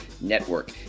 Network